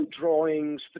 drawings